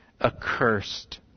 Accursed